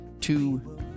two